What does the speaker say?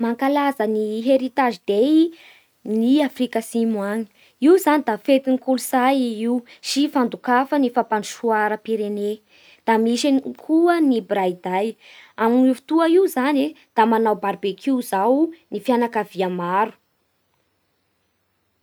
Mankalaza ny heritage day ny Afrika Atsimo agny. Io zany da fetin'ny kolotsay i io sy fandokafa ny fampandrosoa ara-pirene. Da misy ihany koa ny braai day; amin'io fotoa io zany e da manao barbekio izao ny fianankavia maro.